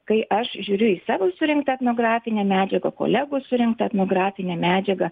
kai aš žiūriu į savo surinktą etnografinę medžiagą kolegų surinktą etnografinę medžiagą